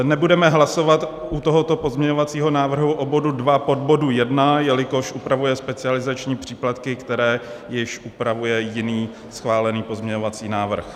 Nebudeme hlasovat u tohoto pozměňovacího návrhu o bodu 2 podbodu 1, jelikož upravuje specializační příplatky, které již upravuje jiný schválený pozměňovací návrh.